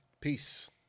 peace